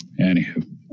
Anywho